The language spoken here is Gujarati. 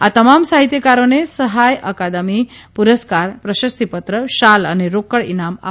આ તમામ સાહિત્યકારોને સહાય અકાદમી પુરસ્કાર પ્રશસ્તિપત્ર શાલ અને રોકડ ઇનામ આપવામાં આવશે